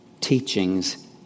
teachings